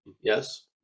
yes